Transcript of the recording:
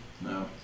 No